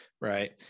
right